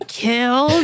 kill